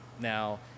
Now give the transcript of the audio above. Now